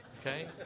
okay